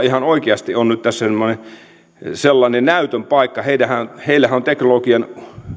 ihan oikeasti on nyt tässä sellainen näytön paikka heillähän heillähän on teknologian